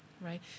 right